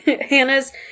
Hannah's